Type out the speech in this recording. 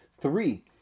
Three